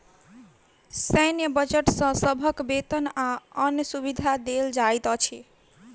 सैन्य बजट सॅ सभक वेतन आ अन्य सुविधा देल जाइत अछि